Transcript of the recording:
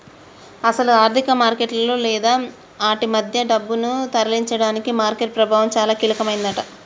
అసలు ఆర్థిక మార్కెట్లలో లేదా ఆటి మధ్య డబ్బును తరలించడానికి మార్కెట్ ప్రభావం చాలా కీలకమైందట